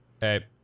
hey